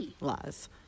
lies